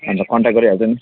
अनि त कन्ट्याक्ट गरिहाल्छ नि